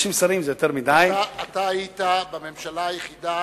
30 שרים זה יותר מדי, אתה היית בממשלה היחידה